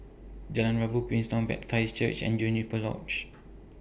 Jalan Rabu Queenstown Baptist Church and Juniper Lodge